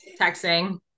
texting